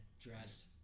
dressed